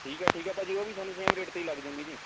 ਠੀਕ ਹੈ ਠੀਕ ਹੈ ਭਾਅ ਜੀ ਉਹ ਵੀ ਤੁਹਾਨੂੰ ਸੇਮ ਰੇਟ 'ਤੇ ਹੀ ਲੱਗ ਜਾਉਂਗੀ ਜੀ